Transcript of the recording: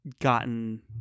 gotten